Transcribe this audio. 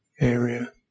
area